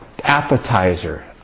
appetizer